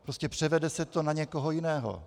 Prostě převede se to na někoho jiného.